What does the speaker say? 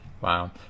Wow